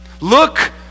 Look